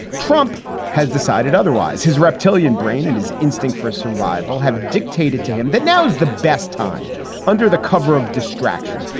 trump has decided otherwise. his reptilian brain and his instinct for survival have dictated to him that now is the best time under the cover of distraction.